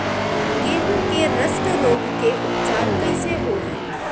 गेहूँ के रस्ट रोग के उपचार कइसे होही?